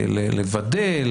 לוודא,